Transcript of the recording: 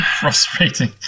Frustrating